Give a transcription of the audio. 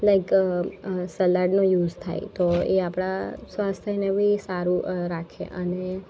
like સલાડનો use થાય તો એ આપણા સ્વાસ્થ્યને બી સારું રાખે અને